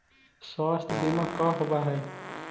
स्वास्थ्य बीमा का होव हइ?